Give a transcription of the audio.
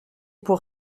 pour